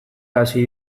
hasi